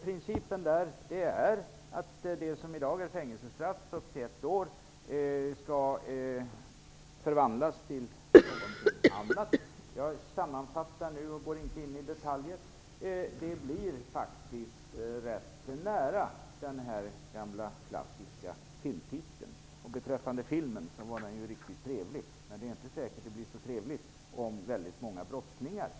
Principen är att det som i dag är fängelsestraff upp till ett år skall förvandlas till något annat. Jag sammanfattar nu och skall inte gå in på detaljer, men vi kommer ganska nära den gamla klassiska filmtiteln. Filmen var ju riktigt trevlig, men det är inte säkert att det blir så trevligt med många brottslingar.